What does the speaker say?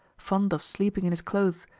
fond of sleeping in his clothes,